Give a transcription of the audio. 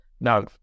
No